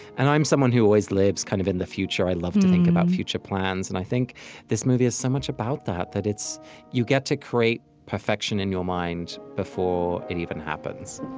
and i'm someone who always lives kind of in the future. i love to think about future plans. and i think this movie is so much about that that it's you get to create perfection in your mind before it even happens